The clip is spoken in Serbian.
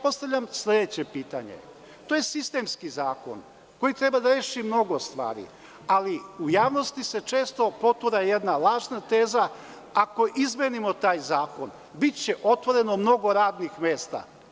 Postavljam sledeće pitanje – to je sistemski zakon, koji treba da reši mnogo stvari, ali u javnosti se često potura jedna lažna teza, ako izmenimo taj zakon biće otvoreno mnogo radnih mesta.